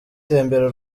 tembera